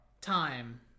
time